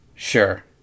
Sure